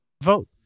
Vote